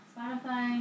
Spotify